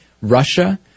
Russia